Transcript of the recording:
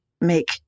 make